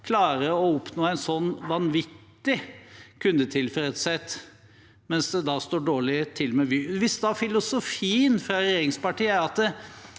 klarer å oppnå en sånn vanvittig kundetilfredshet, mens det da står dårlig til med Vy. Hvis filosofien fra regjeringspartiene er: